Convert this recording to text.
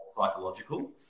Psychological